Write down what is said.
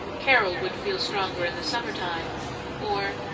carol would feel stronger in the summer-time or,